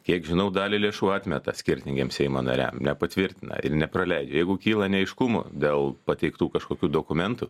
kiek žinau dalį lėšų atmeta skirtingiems seimo nariam nepatvirtina ir nepraleidžia jeigu kyla neaiškumų dėl pateiktų kažkokių dokumentų